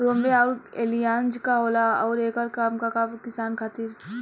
रोम्वे आउर एलियान्ज का होला आउरएकर का काम बा किसान खातिर?